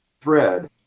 thread